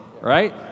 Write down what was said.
Right